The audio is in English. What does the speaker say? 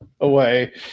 away